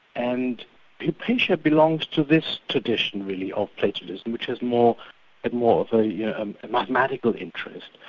and hypatia belongs to this tradition really of platonism, which is more and more of a yeah um mathematical interest,